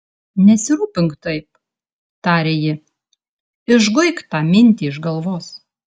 nesirūpink taip tarė ji išguik tą mintį iš galvos